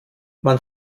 man